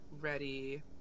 ready